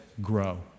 grow